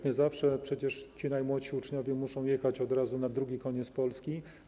Nie zawsze przecież ci najmłodsi uczniowie muszą jechać od razu na drugi koniec Polski.